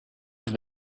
have